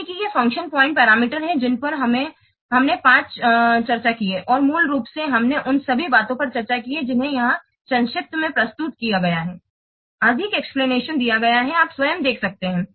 देखें कि ये फंक्शन पॉइंट पैरामीटर हैं जिन पर हमने पाँच चर्चा की है और मूल रूप से हमने उन सभी बातों पर चर्चा की है जिन्हें यहाँ संक्षेप में प्रस्तुत किया गया है अधिक एक्सप्लनेशन दिया गया है आप स्वयं देख सकते हैं